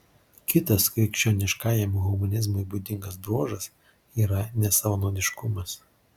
kitas krikščioniškajam humanizmui būdingas bruožas yra nesavanaudiškumas